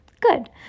good